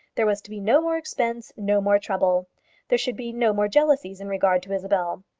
there was to be no more expense, no more trouble there should be no more jealousies in regard to isabel.